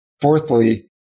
fourthly